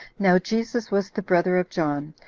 now jesus was the brother of john,